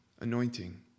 anointing